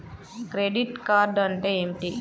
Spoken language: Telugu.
క్రెడిట్ కార్డ్ అంటే ఏమిటి?